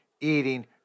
eating